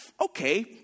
Okay